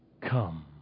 come